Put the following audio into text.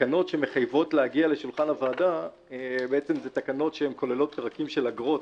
התקנות שמחייבות להגיע לשולחן הוועדה כוללות פרקים של אגרות.